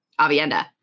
Avienda